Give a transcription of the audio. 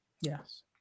Yes